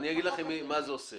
אני אגיד לך מה זה עושה